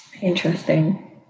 Interesting